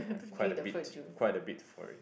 quite a bit quite a bit for it